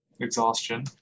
exhaustion